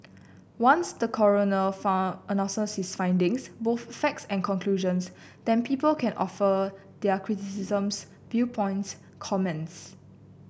once the coroner far announces his findings both facts and conclusions then people can offer their criticisms viewpoints comments